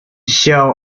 show